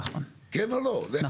כן או לא?